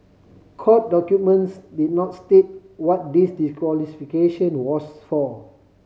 court documents did not state what this disqualification was for